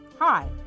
Hi